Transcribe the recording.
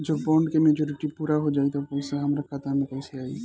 जब बॉन्ड के मेचूरिटि पूरा हो जायी त पईसा हमरा खाता मे कैसे आई?